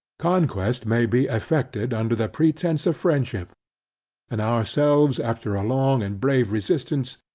conquest may be effected under the pretence of friendship and ourselves, after a long and brave resistance,